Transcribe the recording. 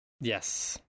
Yes